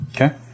okay